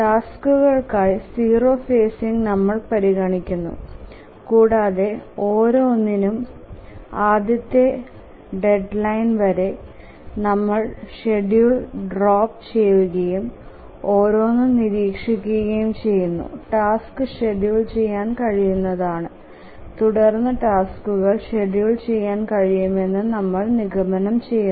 ടാസ്കുകൾക്കായി 0 phasing നമ്മൾ പരിഗണിക്കുന്നു കൂടാതെ ഓരോന്നിനും ആദ്യത്തെ ഡെഡ്ലൈൻ വരെ നമ്മൾ ഷെഡ്യൂൾ ഡ്രോപ്പ് ചെയുകയും ഓരോന്നും നിരീക്ഷിക്കുകയും ചെയ്യുന്നു ടാസ്ക് ഷെഡ്യൂൾ ചെയ്യാൻ കഴിയുന്നതാണ് തുടർന്ന് ടാസ്ക്കുകൾ ഷെഡ്യൂൾ ചെയ്യാൻ കഴിയുമെന്ന് നമ്മൾ നിഗമനം ചെയ്യുന്നു